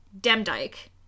Demdike